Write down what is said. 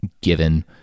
given